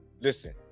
Listen